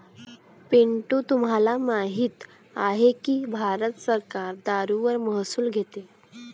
पिंटू तुम्हाला माहित आहे की भारत सरकार दारूवर महसूल घेते